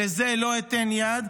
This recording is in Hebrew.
לזה לא אתן יד,